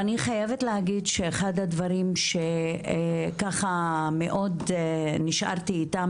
ואני חייבת להגיד שאחד הדברים שככה מאוד נשארתי איתם